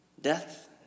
Death